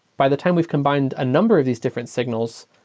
by the time we've combined a number of these different signals,